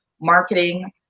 marketing